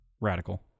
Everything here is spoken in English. radical